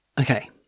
okay